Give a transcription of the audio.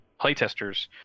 playtesters